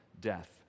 death